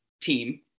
team